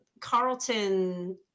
carlton